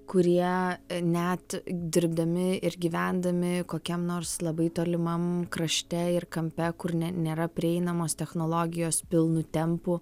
kurie net dirbdami ir gyvendami kokiam nors labai tolimam krašte ir kampe kur ne nėra prieinamos technologijos pilnu tempu